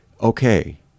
okay